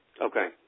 okay